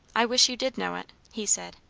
i wish you did know it, he said.